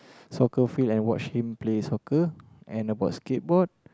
soccer field and watch him play soccer and basketball